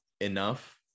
enough